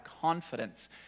confidence